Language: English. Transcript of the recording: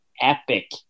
epic